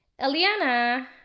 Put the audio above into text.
eliana